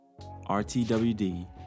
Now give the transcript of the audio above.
RTWD